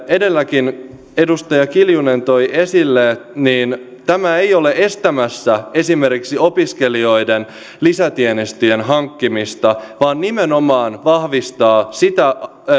edelläkin edustaja kiljunen toi esille tämä ei ole estämässä esimerkiksi opiskelijoiden lisätienestien hankkimista vaan nimenomaan vahvistaa sitä